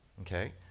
Okay